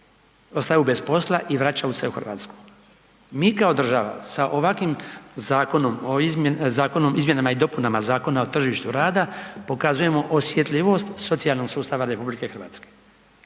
ostaju bez posla i vraćaju se u Hrvatsku. Mi kao država sa ovakvim zakonom o izmjenama i dopunama Zakona o tržištu rada, pokazujemo osjetljivost socijalnog sustava RH. Dakle,